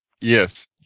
Yes